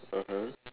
(uh huh)